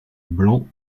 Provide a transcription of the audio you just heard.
blanc